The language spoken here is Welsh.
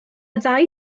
ddau